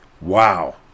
Wow